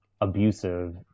abusive